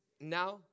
now